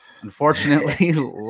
unfortunately